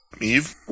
Eve